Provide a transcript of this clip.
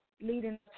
leading